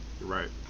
Right